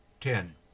ten